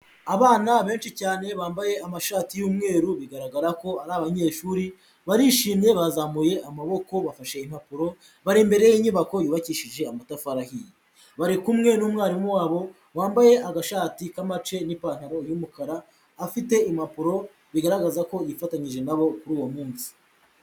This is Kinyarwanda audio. Abana benshi cyane bambaye amashati y'umweru bigaragara ko ari abanyeshuri, barishimye bazamuye amaboko bafashe impapuro bari imbere y'inyubako yubakishije amatafari ahiye, bari kumwe n'umwarimu wabo wambaye agashati k'amace n'ipantaro y'umukara, afite impapuro bigaragaza ko yifatanyije nabo kuri uwo munsi.